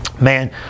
man